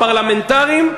הפרלמנטריים,